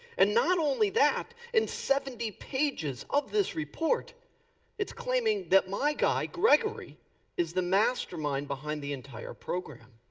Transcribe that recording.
and not only that, in seventy pages of this report it's claiming that my guy, grigory is the mastermind behind the entire program.